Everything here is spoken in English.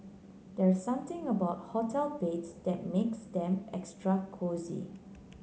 there something about hotel beds that makes them extra cosy